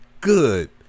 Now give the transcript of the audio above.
good